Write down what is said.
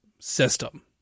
system